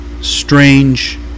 strange